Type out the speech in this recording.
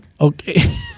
Okay